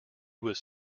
was